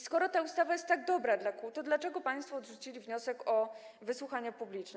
Skoro ta ustawa jest tak dobra dla kół, to dlaczego państwo odrzucili wniosek o wysłuchanie publiczne?